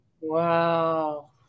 Wow